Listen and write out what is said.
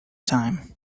time